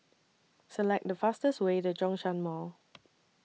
Select The fastest Way to Zhongshan Mall